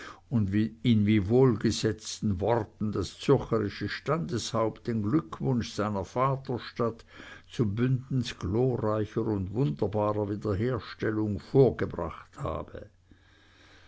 und in wie wohlgesetzten worten das zürcherische standeshaupt den glückwunsch seiner vaterstadt zu bündens glorreicher und wunderbarer wiederherstellung vorgebracht habe